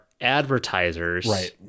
advertisers